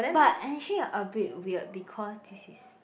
but actually a bit weird because this is